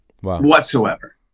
whatsoever